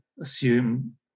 assume